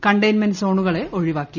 containment സോണുകളെ ഒഴിവാക്കി